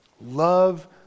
Love